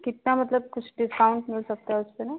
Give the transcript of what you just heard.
कितना मतलब कुछ डिस्काउंट मिल सकता उसपर ना